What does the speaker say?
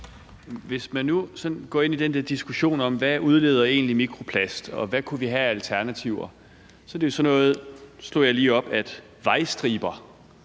Hvis man nu sådan går ind i den der diskussion om, hvad der egentlig udleder mikroplast, og hvad vi kunne have af alternativer, slog jeg lige op, at vejstriber